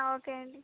okay అండి